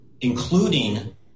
including